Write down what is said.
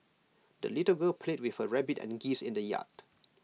the little girl played with her rabbit and geese in the yard